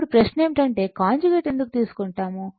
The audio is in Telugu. ఇప్పుడు ప్రశ్న ఏమిటంటే కాంజుగేట్ ఎందుకు తీసుకుంటాము